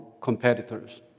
competitors